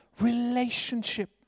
relationship